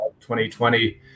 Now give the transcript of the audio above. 2020